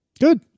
Good